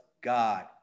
God